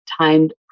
timed